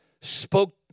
spoke